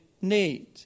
need